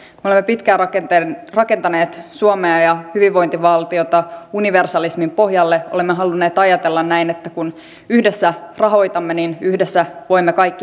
me olemme pitkään rakentaneet suomea ja hyvinvointivaltiota universalismin pohjalle olemme halunneet ajatella näin että kun yhdessä rahoitamme niin yhdessä voimme kaikki saada